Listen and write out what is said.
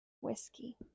whiskey